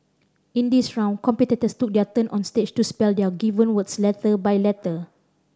in this round competitors took their turn on stage to spell their given words letter by letter